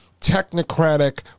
technocratic